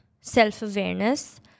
self-awareness